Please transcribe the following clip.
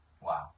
Wow